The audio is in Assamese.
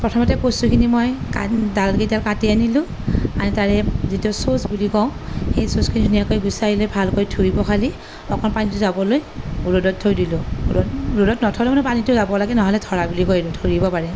প্ৰথমতে কচুখিনি মই কান ডালকেইডাল কাটি আনিলোঁ আনি তাৰে যিটো চুচ বুলি কওঁ সেই চুচখিনি ধুনীয়াকৈ গুচাই লৈ ভালকৈ ধুই পখালি অকণ পানীতো যাবলৈ ৰ'দত থৈ দিলোঁ ৰ'দত নথ'লে মানে পানীতো যাব লাগে নহ'লে ধৰা বুলি কয় ধৰিব পাৰে